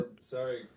Sorry